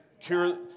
Cure